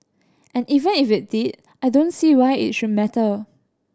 and even if it did I don't see why it should matter